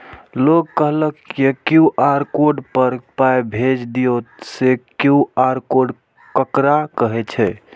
लोग कहलक QR code पर पाय भेज दियौ से क्यू.आर कोड ककरा कहै छै?